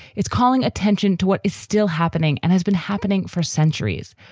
it's calling attention to what is still happening and has been happening for centuries.